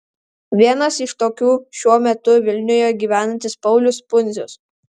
vienas iš tokių šiuo metu vilniuje gyvenantis paulius pundzius